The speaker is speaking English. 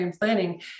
planning